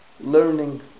learning